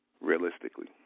realistically